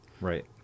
Right